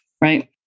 right